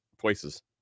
places